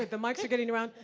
the mics are getting around.